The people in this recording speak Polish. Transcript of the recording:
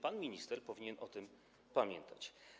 Pan minister powinien o tym pamiętać.